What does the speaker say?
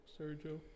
Sergio